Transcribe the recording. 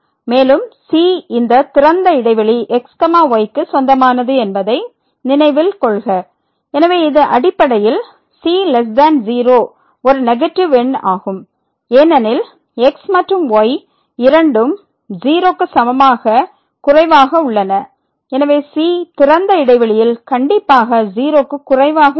மேலும் c இந்த திறந்த இடைவெளி x y க்கு சொந்தமானது என்பதை நினைவில் கொள்க எனவே இது அடிப்படையில் c0 ஒரு நெகட்டிவ் எண் ஆகும் ஏனெனில் x மற்றும் y இரண்டும் 0 க்கு சமமாக குறைவாக உள்ளன எனவே c திறந்த இடைவெளியில் கண்டிப்பாக 0 க்கு குறைவாக இருக்கும்